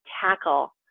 tackle